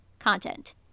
content